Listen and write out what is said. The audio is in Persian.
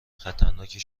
خطرناکی